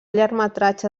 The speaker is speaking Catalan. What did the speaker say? llargmetratge